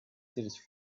search